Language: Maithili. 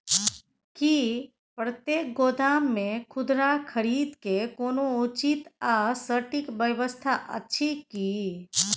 की प्रतेक गोदाम मे खुदरा खरीद के कोनो उचित आ सटिक व्यवस्था अछि की?